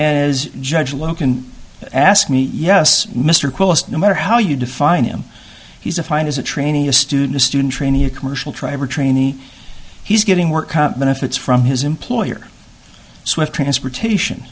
as judge well can ask me yes mr quest no matter how you define him he's defined as a trainee a student a student trainee a commercial tribe or a trainee he's getting work benefits from his employer swift transportation